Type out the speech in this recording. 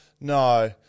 No